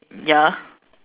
ya